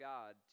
God